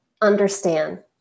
understand